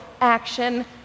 action